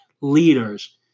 leaders